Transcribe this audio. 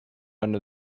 under